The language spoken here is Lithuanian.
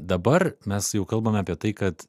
dabar mes jau kalbame apie tai kad